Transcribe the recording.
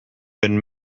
been